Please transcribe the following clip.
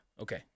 Okay